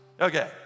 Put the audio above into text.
Okay